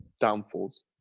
downfalls